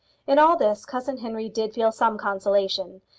in all this cousin henry did feel some consolation,